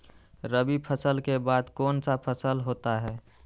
रवि फसल के बाद कौन सा फसल होता है?